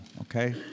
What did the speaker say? Okay